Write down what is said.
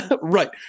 Right